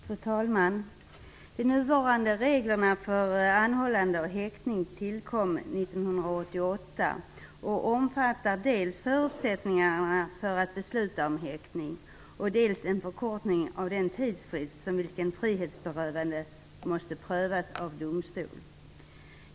Fru talman! De nuvarande reglerna för anhållande och häktning tillkom 1988 och omfattar dels förutsättningarna för att besluta om häktning, dels en förkortning av de tidsfrister inom vilka ett frihetsberövande måste prövas av domstol.